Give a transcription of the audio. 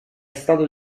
stato